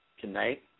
Tonight